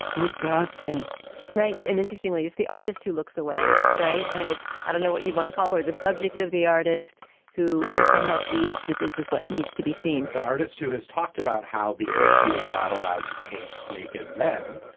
good god right. and interestingly, it's the artist who looks away. right. and it's i don't know what you'd want to call her, the subject of the artist who who somehow sees that this is what needs to be seen the artist who has talked about how because she is not allowed to pay. naked men,